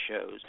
shows